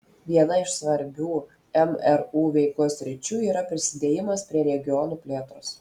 viena iš svarbių mru veikos sričių yra prisidėjimas prie regionų plėtros